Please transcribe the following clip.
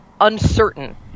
uncertain